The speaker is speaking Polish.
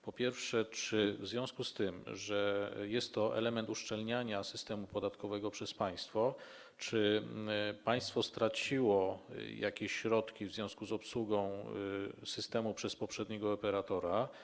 Po pierwsze, czy w związku z tym, że jest to element uszczelniania systemu podatkowego przez państwo, państwo straciło jakieś środki ze względu na obsługę systemu przez poprzedniego operatora?